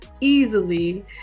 easily